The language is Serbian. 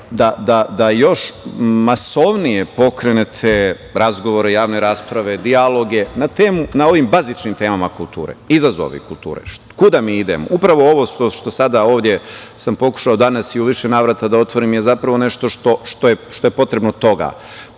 da još masovnije pokrenete razgovore, javne rasprave, dijaloge na ovim bazičnim temama kulture, izazovi kulture. Kuda mi idemo? Upravo ovo što sam sada ovde pokušao danas i u više navrata da otvorim je zapravo nešto što je potrebno toga.